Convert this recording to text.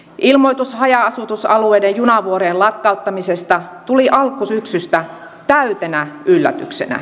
ilmoitus haja asutusalueiden junavuorojen lakkauttamisesta tuli alkusyksystä täytenä yllätyksenä